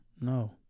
No